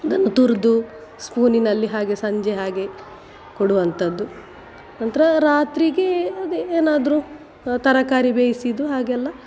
ಅದನ್ನು ತುರಿದು ಸ್ಪೂನಿನಲ್ಲಿ ಹಾಗೆ ಸಂಜೆ ಹಾಗೆ ಕೊಡುವಂಥದ್ದು ನಂತರ ರಾತ್ರಿಗೆ ಅದೇ ಏನಾದರೂ ತರಕಾರಿ ಬೇಯಿಸಿದ್ದು ಹಾಗೆಲ್ಲ